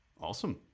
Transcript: awesome